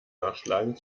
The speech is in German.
nachschlagen